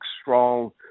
strong